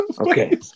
okay